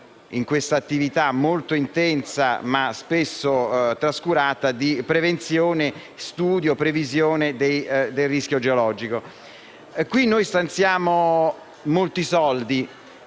nell'attività molto intensa, ma spesso trascurata, di prevenzione, studio e previsione del rischio geologico. Noi stanziamo molti soldi